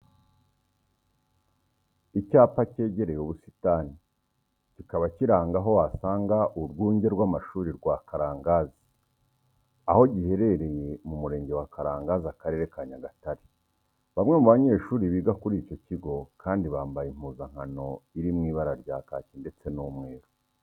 Icyapa cyegereye ubusitani kikaba kiranga aho wasanga urwunge rw'amashuri rwa Karangazi, aho giherereye mu murenge wa Karangazi akarere ka Nyagatare. Bamwe mu banyeshuri biga kuri icyo kigo kandi bambaye impuzankano iri mu ibara rya kaki ndetse n'umweru.